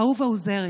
אהובה עוזרי,